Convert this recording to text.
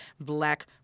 black